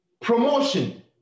promotion